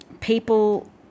people